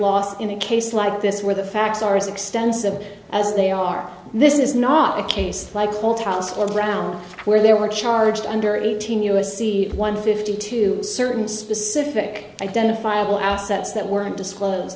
laws in a case like this where the facts are as extensive as they are this is not a case like small town square ground where there were charged under eighteen us c one fifty to certain specific identifiable assets that weren't disclosed